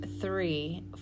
three